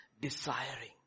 Desiring